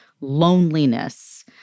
loneliness